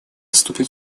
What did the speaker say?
вступит